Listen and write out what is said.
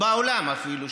בעולם אפילו,